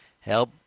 help